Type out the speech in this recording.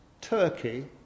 Turkey